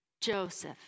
Joseph